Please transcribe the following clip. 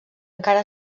encara